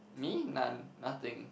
me none nothing